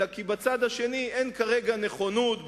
אלא כי בצד השני אין כרגע נכונות,